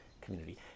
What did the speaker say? community